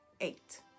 eight